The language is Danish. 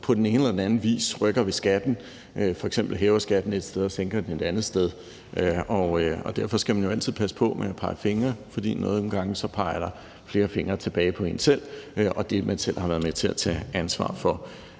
på den ene eller den anden vis rykker ved skatten, f.eks. hæver skatten et sted og sænker den et andet sted. Derfor skal man jo altid passe på med at pege fingre, for nogle gange peger flere fingre tilbage på en selv og det, man selv har været med til at tage ansvar for.